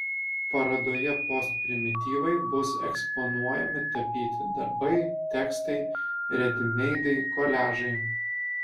parodoje postprimityvai bus eksponuojami tapyti darbai tekstai redimeidai koliažai